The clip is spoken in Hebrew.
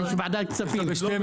יש ועדת כספים.